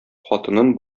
хатынын